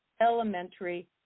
elementary